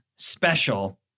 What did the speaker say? special